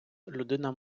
людина